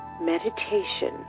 meditation